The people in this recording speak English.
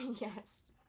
Yes